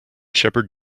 shepherd